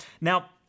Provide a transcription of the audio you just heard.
Now